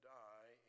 die